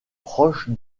proche